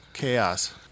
chaos